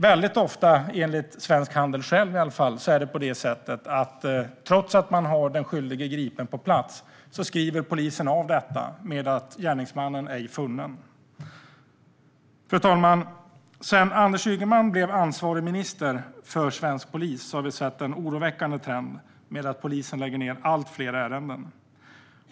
Väldigt ofta, enligt Svensk Handel i alla fall, skriver polisen av fallet med att gärningsmannen ej är funnen, trots att man har den skyldige gripen på plats. Fru ålderspresident! Sedan Anders Ygeman blev minister med ansvar för svensk polis har vi sett en oroväckande trend: Polisen lägger ned allt fler ärenden.